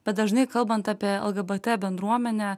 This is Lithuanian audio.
bet dažnai kalbant apie lgbt bendruomenę